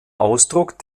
ausdruck